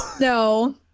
No